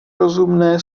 rozumné